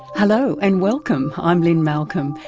hello and welcome, i'm lynne malcolm,